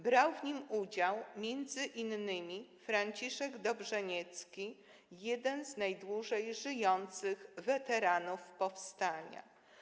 Brał w nim udział m.in. Franciszek Dobrzeniecki, jeden z najdłużej żyjących weteranów powstania.